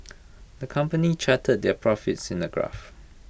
the company charted their profits in A graph